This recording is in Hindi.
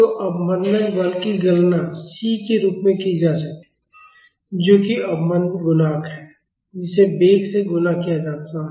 तो अवमंदन बल की गणना c के रूप में की जा सकती है जो कि अवमंदन गुणांक है जिसे वेग से गुणा किया जाता है